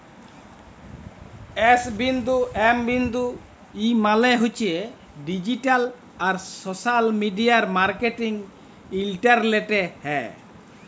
S বিন্দু M বিন্দু E মালে হছে ডিজিট্যাল আর সশ্যাল মিডিয়া মার্কেটিং ইলটারলেটে হ্যয়